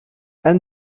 and